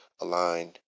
aligned